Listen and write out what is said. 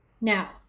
now